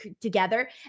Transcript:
together